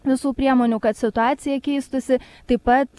visų priemonių kad situacija keistųsi taip pat